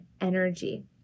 energy